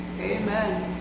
Amen